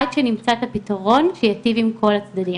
עד שנמצא את הפתרון שייטיב עם כל הצדדים.